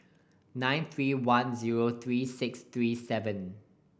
nine three one zero three six three seven